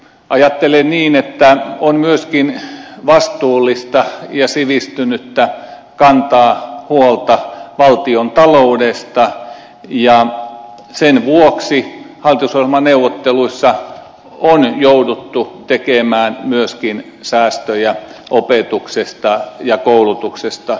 ajattelen niin että on myöskin vastuullista ja sivistynyttä kantaa huolta valtiontaloudesta ja sen vuoksi hallitusohjelmaneuvotteluissa on jouduttu tekemään myöskin säästöjä opetuksesta ja koulutuksesta